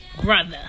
brother